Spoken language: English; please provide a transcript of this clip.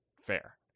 fair